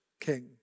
king